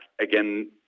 again